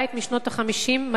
הבית משנות ה-50,